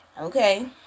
Okay